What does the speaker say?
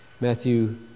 Matthew